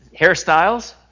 hairstyles